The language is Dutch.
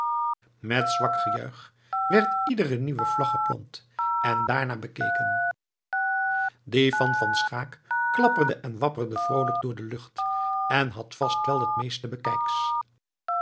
met zwak gejuich werd iedere nieuwe vlag geplant en daarna bekeken die van van schaeck klapperde en wapperde vroolijk door de lucht en had vast wel het meeste bekijks